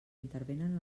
intervenen